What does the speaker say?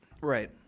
Right